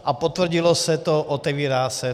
A potvrdilo se to, otevírá se.